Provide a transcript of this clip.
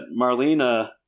Marlena